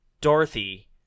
Dorothy